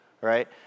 Right